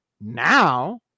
Now